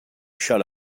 shut